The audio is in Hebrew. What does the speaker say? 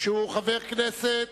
שהוא חבר כנסת